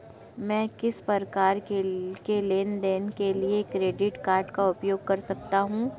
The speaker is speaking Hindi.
मैं किस प्रकार के लेनदेन के लिए क्रेडिट कार्ड का उपयोग कर सकता हूं?